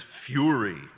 fury